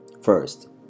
First